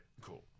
Cool